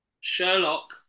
Sherlock